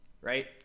right